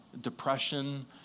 depression